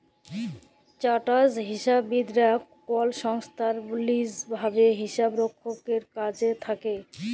chartered হিসাববিদ রা কল সংস্থায় বা লিজ ভাবে হিসাবরক্ষলের কাজে থাক্যেল